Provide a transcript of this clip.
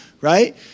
right